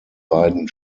beiden